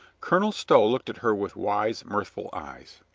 colonel stow looked at her with wise, mirthful eyes.